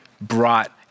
brought